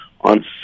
on